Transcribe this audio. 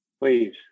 Please